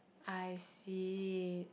I see